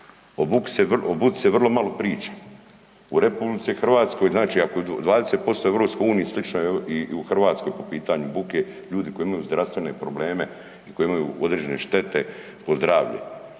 O buci se vrlo malo priča u RH znači ako je 20% EU slično i u Hrvatskoj po pitanju buke ljudi koji imaju zdravstvene probleme koji imaju određene štete po zdravlje.